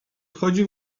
wchodzi